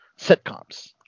sitcoms